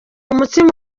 mutsima